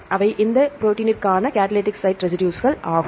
அவை இந்த குறிப்பிட்ட ப்ரோடீன்னிற்கான கடலிடிக் சைட் ரெசிடுஸ்கள் ஆகும்